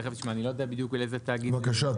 אני לא יודע בדיוק לאיזה תאגיד --- בבקשה,